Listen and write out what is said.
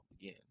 again